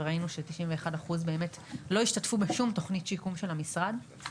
וראינו ש-91% באמת לא השתתפו בשום תוכנית שיקום של המשרד.